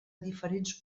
diferents